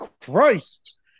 Christ